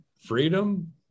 freedom